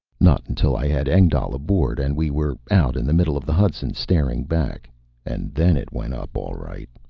not until i had engdahl aboard and we were out in the middle of the hudson, staring back and then it went up all right,